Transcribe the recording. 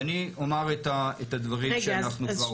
ואני אומר את הדברים שאנחנו כבר עושים.